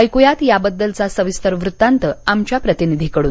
ऐक्यात याबद्दलचा सविस्तर वृत्तांत आमच्या प्रतिनिधीकडून